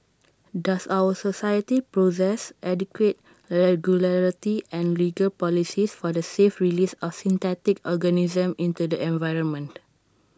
does our society possess adequate regulatory and legal policies for the safe release of synthetic organisms into the environment